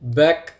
back